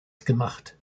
mitgemacht